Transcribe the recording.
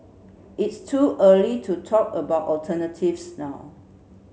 it's too early to talk about alternatives now